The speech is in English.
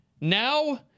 now